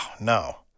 no